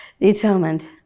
determined